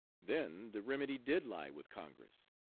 then the remedy did lie with congress.